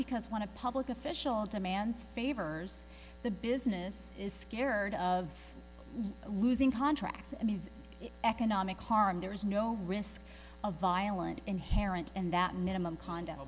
because one of public official demands favors the business is scared of losing contracts i mean economic harm there is no risk of violence inherent in that minimum condo